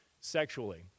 sexually